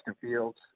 Fields